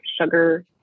sugar